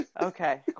okay